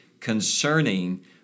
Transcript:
concerning